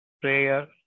prayer